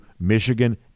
Michigan